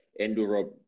Enduro